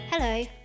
Hello